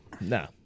Nah